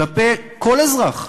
כלפי כל אזרח,